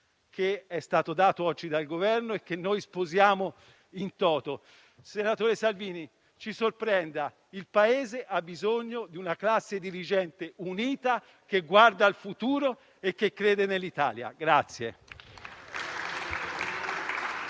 che è stato manifestato oggi dal Governo e che noi sposiamo *in toto*. Senatore Salvini, ci sorprenda: il Paese ha bisogno di una classe dirigente unita, che guarda al futuro e che crede nell'Italia.